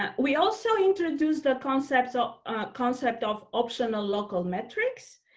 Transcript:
um we also, introduced the concepts of concept of optional local metrics.